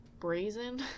brazen